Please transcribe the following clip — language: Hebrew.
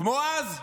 כמו אז.